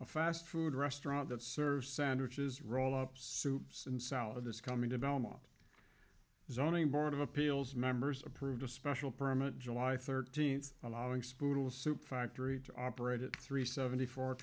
a fast food restaurant that serves sandwiches roll up soups and salad is coming to belmont zoning board of appeals members approved a special permit july thirteenth allowing school soup factory to operate at three seventy four